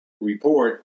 report